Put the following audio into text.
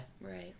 Right